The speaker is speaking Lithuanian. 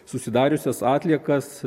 susidariusias atliekas